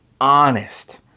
honest